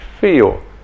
feel